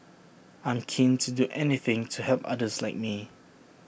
I'm keen to do anything to help others like me